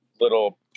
little